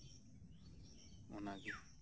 ᱚᱱᱟᱜᱮ